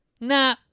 Nah